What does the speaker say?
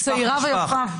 פשוט הייתי אז צעירה ויפה.